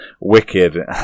wicked